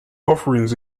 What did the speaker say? offerings